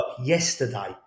yesterday